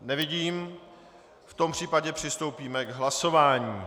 Nevidím, v tom případě přistoupíme k hlasování.